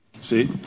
See